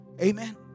Amen